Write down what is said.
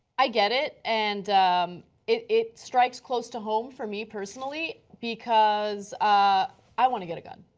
i get it. and um it it strikes close to home for me personally because ah i want to get a gun.